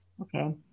Okay